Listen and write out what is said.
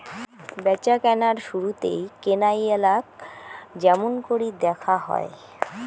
ব্যাচাকেনার শুরুতেই কেনাইয়ালাক য্যামুনকরি দ্যাখা হয়